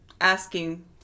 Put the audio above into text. asking